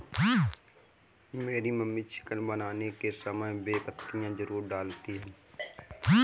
मेरी mummy chicken बनाने के समय बे पत्तियां जरूर डालती हैं